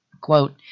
Quote